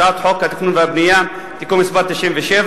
הצעת חוק התכנון והבנייה (תיקון מס' 97),